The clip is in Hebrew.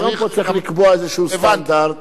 צריך לקבוע סטנדרט,